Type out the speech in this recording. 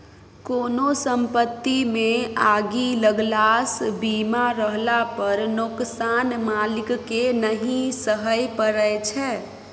कोनो संपत्तिमे आगि लगलासँ बीमा रहला पर नोकसान मालिककेँ नहि सहय परय छै